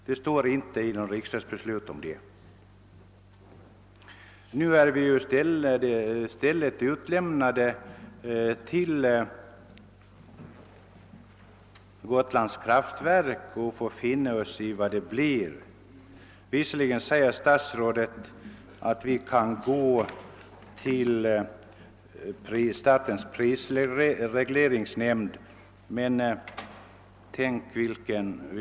Det står inte någonting i riksdagsbeslutet om det. Nu är vi i stället utlämnade åt Gotlands kraftverk och får finna oss i dess beslut. Visserligen säger statsrådet att vi kan vända oss till statens prisregleringsnämnd. Tänk vilken oerhörd trygghet det innebär för oss!